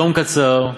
היום קצר,